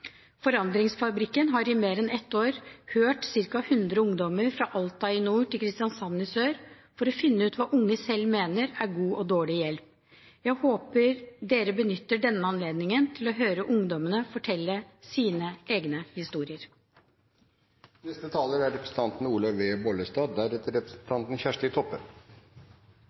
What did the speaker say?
Forandringsfabrikken har i mer enn ett år hørt ca. 100 ungdommer fra Alta i nord til Kristiansand i sør for å finne ut hva unge selv mener er god og dårlig hjelp. Jeg håper representantene benytter denne anledningen til å høre ungdommene fortelle sine egne historier.